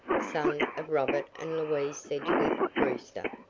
son of robert and louise sedgwick brewster.